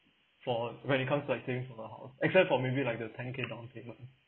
for when it comes to like things about house except for maybe like the ten K downpayment